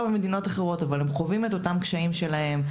מדינות אחרות אבל הם חווים את אותם הקשיים שלהם.